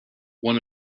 one